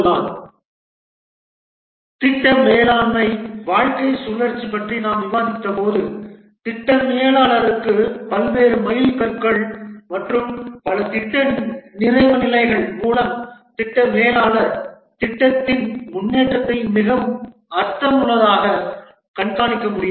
திட்ட மேலாண்மை வாழ்க்கை சுழற்சி பற்றி நாம் விவாதித்தபோது திட்ட மேலாளருக்கு பல்வேறு மைல்கற்கள் மற்றும் பல திட்ட நிறைவு நிலைகளில் மூலம் திட்ட மேலாளர் திட்டத்தின் முன்னேற்றத்தை மிகவும் அர்த்தமுள்ளதாக கண்காணிக்க முடியும்